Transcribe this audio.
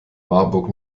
marburg